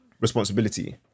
responsibility